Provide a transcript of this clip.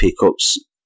pickups